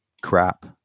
crap